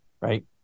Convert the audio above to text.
Right